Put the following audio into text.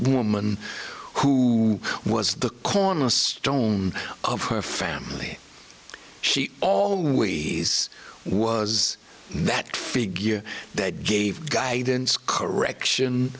woman who was the cornerstone of her family she always was that figure that gave guidance correction